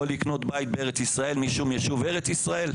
לקנות בית בארץ ישראל משום יישוב ארץ ישראל,